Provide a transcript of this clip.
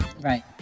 Right